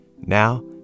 Now